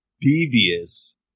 devious